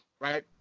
right